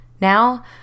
Now